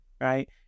right